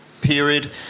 period